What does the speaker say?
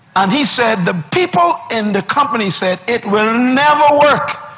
and he said the people in the company said, it will never work!